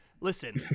Listen